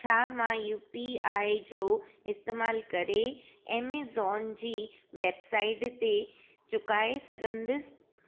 छा मां U P I जो इस्तेमालु करे एमेज़ॉन जी वेबसाइट ते चुकाइ सघंदसि